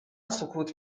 سکوت